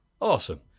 Awesome